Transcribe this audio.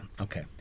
Okay